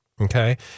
Okay